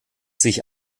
sich